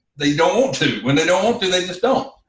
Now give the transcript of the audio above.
they don't want to, when they don't want to they just don't.